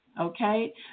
okay